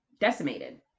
decimated